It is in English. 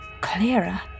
clearer